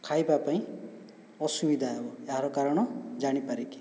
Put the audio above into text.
ଖାଇବାପାଇଁ ଅସୁବିଧା ହେବ ଏହାର କାରଣ ଜାଣିପାରେ କି